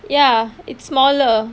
ya it's smaller